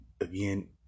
again